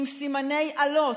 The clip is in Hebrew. עם סימני אלות,